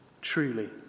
Truly